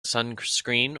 sunscreen